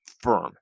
firm